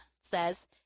says